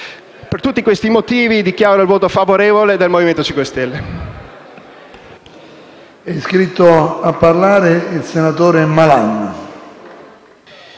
Per tutti questi motivi dichiaro il voto favorevole del Movimento 5 Stelle.